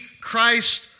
Christ